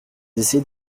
essayez